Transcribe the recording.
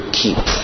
keep